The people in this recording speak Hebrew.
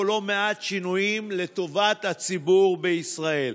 לא מעט שינויים לטובת הציבור בישראל,